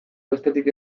besterik